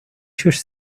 should